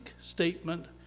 statement